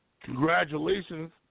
congratulations